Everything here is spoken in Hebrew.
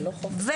ו,